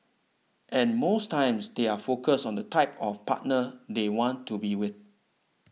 and most times they are focused on the type of partner they want to be with